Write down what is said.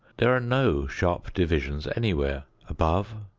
there are no sharp divisions anywhere above,